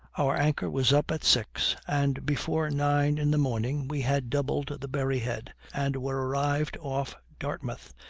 our anchor was up at six, and before nine in the morning we had doubled the berry-head, and were arrived off dartmouth,